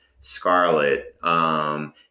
Scarlet